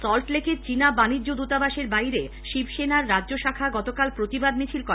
সল্টলেকের চিনা বাণিজ্য দৃতাবাসের বাইরে শিবসেনার রাজ্য শাখা গতকাল প্রতিবাদ মিছিল করে